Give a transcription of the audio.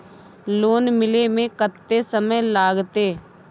Loan मिले में कत्ते समय लागते?